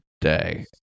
day